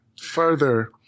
further